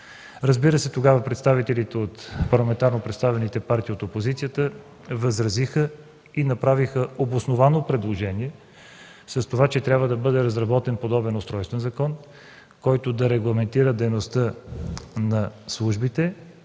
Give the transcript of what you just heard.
съвет. Тогава представителите от парламентарно представените партии от опозицията възразиха и направиха обосновано предложение, за това, че трябва да бъде разработен подобен устройствен закон, който да регламентира дейността на службите,